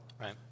Right